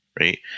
Right